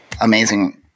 amazing